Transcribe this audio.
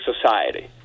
society